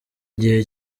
igihe